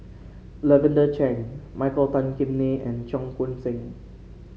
Lavender Chang Michael Tan Kim Nei and Cheong Koon Seng